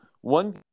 One